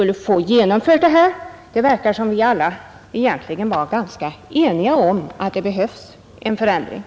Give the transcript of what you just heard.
Jag vet inte om fru Håvik gjorde det, men jag tror att 16-årsgränsen är mycket teoretisk och att den inte har någon aktuell relevans.